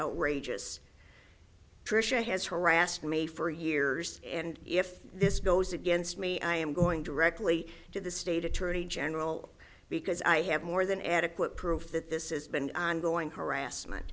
outrageous tricia has harassed me for years and if this goes against me i am going directly to the state attorney general because i have more than adequate proof that this has been ongoing harassment